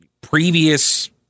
previous